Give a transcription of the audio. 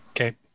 okay